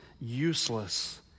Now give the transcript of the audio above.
useless